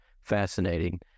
fascinating